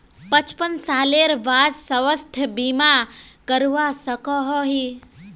पचपन सालेर बाद स्वास्थ्य बीमा करवा सकोहो ही?